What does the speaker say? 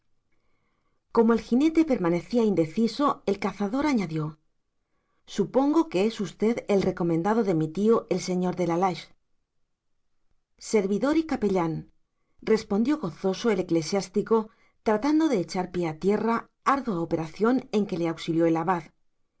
como el jinete permanecía indeciso el cazador añadió supongo que es usted el recomendado de mi tío el señor de la lage servidor y capellán respondió gozoso el eclesiástico tratando de echar pie a tierra ardua operación en que le auxilió el